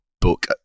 book